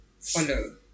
follow